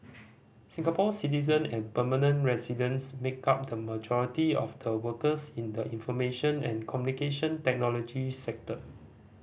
Singapore citizen and permanent residents make up the majority of the workers in the information and Communication Technology sector